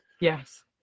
Yes